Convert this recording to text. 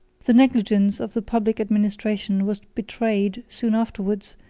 the negligence of the public administration was betrayed, soon afterwards,